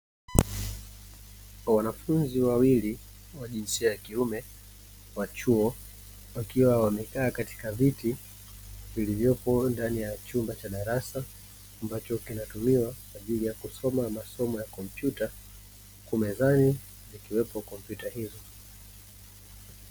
Wanafunzi wawili wa jinsia ya kiume wa chuo wakiwa wamekaa katika viti vilivyopo ndani ya chumba cha darasa, ambacho kinatumiwa kwa ajili ya kusoma masomo ya kompyuta, huku mezani ikiwemo kompyuta hizo.